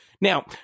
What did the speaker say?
Now